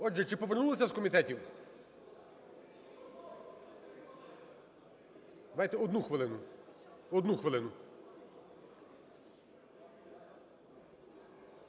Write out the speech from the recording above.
Отже, чи повернулися з комітетів? Давайте одну хвилину.